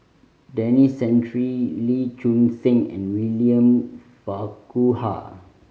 Denis Santry Lee Choon Seng and William Farquhar